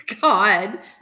God